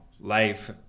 life